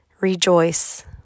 Rejoice